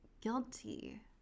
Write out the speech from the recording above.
guilty